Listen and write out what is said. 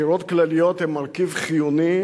בחירות כלליות הן מרכיב חיוני,